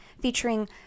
featuring